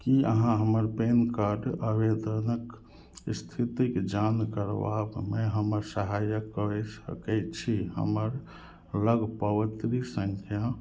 कि अहाँ हमर पैन कार्ड आवेदनक इस्थितिके जाँच करबामे हमर सहायक करि सकै छी हमरालग पावती सँख्या